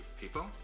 people